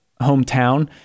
hometown